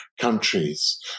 countries